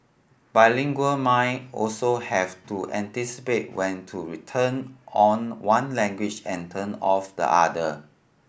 bilingual mind also have to anticipate when to return on one language and turn off the other